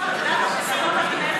קודם למה,